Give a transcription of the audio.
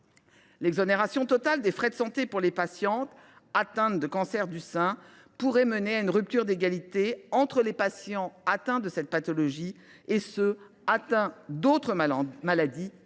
L’exonération totale des frais de santé pour les patientes atteintes d’un cancer du sein pourrait entraîner une rupture d’égalité entre les patientes atteintes de cette pathologie et ceux qui souffrent d’autres maladies,